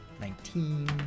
nineteen